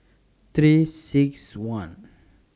thirty six one